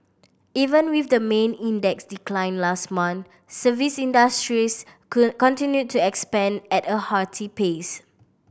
even with the main index's decline last month service industries continued to expand at a hearty pace